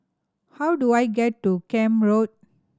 how do I get to Camp Road